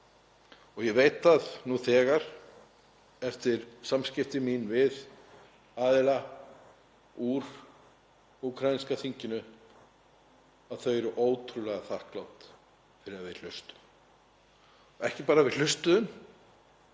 Ég veit að nú þegar, eftir samskipti mín við aðila úr úkraínska þinginu, að þau eru ótrúlega þakklát fyrir að við hlustum. Og ekki bara að við hlustuðum